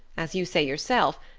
as you say yourself,